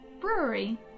Brewery